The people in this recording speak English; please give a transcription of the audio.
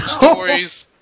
stories